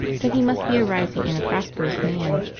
then he must be a rising and a prosperous man.